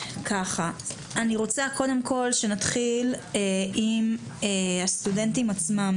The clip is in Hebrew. קודם כול, שנתחיל עם הסטודנטים עצמם.